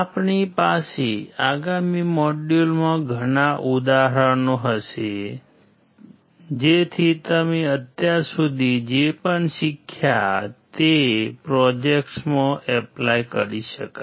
આપણી પાસે આગામી મોડ્યુલમાં ઘણા ઉદાહરણો હશે જેથી તમે અત્યાર સુધી જે પણ શીખ્યા તે પ્રોજેક્ટ્સમાં એપ્લાય કરી શકાય